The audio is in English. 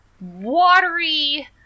watery